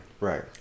Right